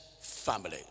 family